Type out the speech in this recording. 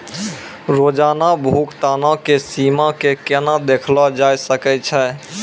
रोजाना भुगतानो के सीमा के केना देखलो जाय सकै छै?